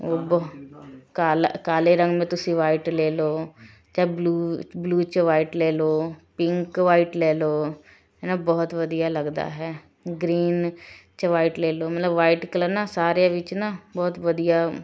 ਉਹ ਬਹੁ ਕਾਲ ਕਾਲੇ ਰੰਗ ਮੇਂ ਤੁਸੀਂ ਵ੍ਹਾਈਟ ਲੈ ਲਿਓ ਚਾ ਬਲੂ ਬਲੂ 'ਚ ਵ੍ਹਾਈਟ ਲੈ ਲਓ ਪਿੰਕ ਵ੍ਹਾਈਟ ਲੈ ਲਓ ਹੈ ਨਾ ਬਹੁਤ ਵਧੀਆ ਲੱਗਦਾ ਹੈ ਗ੍ਰੀਨ 'ਚ ਵ੍ਹਾਈਟ ਲੈ ਲਓ ਮਤਲਬ ਵ੍ਹਾਈਟ ਕਲਰ ਨਾ ਸਾਰਿਆਂ ਵਿੱਚ ਨਾ ਬਹੁਤ ਵਧੀਆ